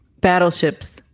battleships